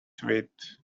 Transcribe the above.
sweet